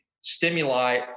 stimuli